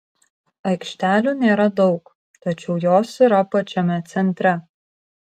aikštelių nėra daug tačiau jos yra pačiame centre